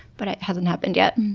but it hasn't happened yet.